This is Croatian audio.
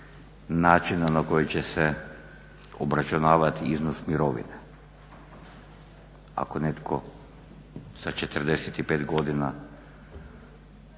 načina na koji će se obračunati iznos mirovine. Ako netko sa 45 godina